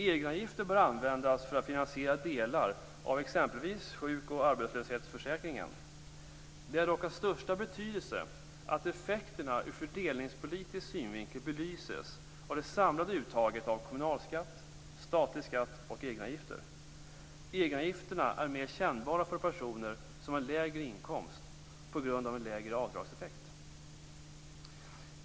Egenavgifter bör användas för att finansiera delar av exempelvis sjuk och arbetslöshetsförsäkringen. Det är dock av största betydelse att effekterna ur fördelningspolitisk synvinkel belyses av det samlade uttaget av kommunalskatt, statlig skatt och egenavgifter. Egenavgifterna är på grund av en mindre avdragseffekt mera kännbara för personer som har lägre inkomst.